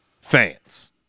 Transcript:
fans